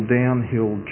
downhill